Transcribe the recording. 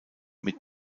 mit